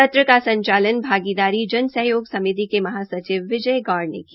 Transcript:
सत्र का संचालन भागीदारी जन सहयोग समिति के महासचिव विजय गौड़ ने किया